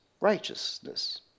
righteousness